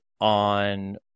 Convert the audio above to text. on